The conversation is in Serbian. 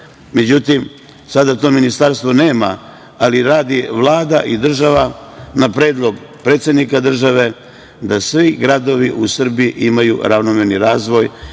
međutim sada tog ministarstva nema, ali sada radi Vlada i država na predlog predsednika države da svi gradovi u Srbiji imaju ravnomerni razvoj